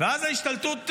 אז ההשתלטות מושלמת.